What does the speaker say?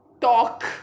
talk